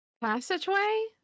Passageway